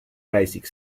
basic